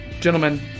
gentlemen